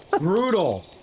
brutal